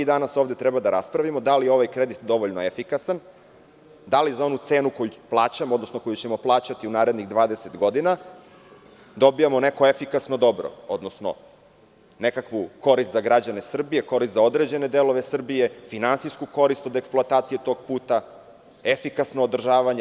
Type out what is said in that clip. Danas ovde treba da raspravimo da li je ovaj kredit dovoljno efikasan, da li za onu cenu koju plaćamo, odnosno koju ćemo plaćati u narednih 20 godina, dobijamo neko efikasno dobro, odnosno nekakvu korist za građane Srbije, korist za određene delove Srbije, finansijsku korist od eksploatacije tog puta, efikasno održavanje.